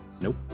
Nope